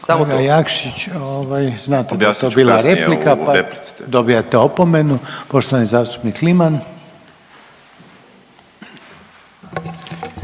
To je također bila replika pa dobijate opomenu. Poštovani zastupnik Habijan,